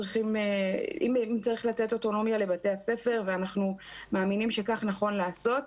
אם צריך לתת אוטונומיה לבתי הספר ואנחנו מאמינים שכך נכון לעשות,